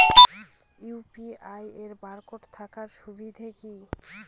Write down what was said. UPI এর barcode থাকার সুবিধে কি?